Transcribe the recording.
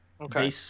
Okay